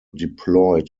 deployed